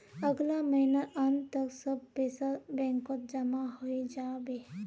अगला महीनार अंत तक सब पैसा बैंकत जमा हइ जा बे